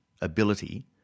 ability